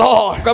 Lord